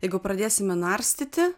jeigu pradėsime narstyti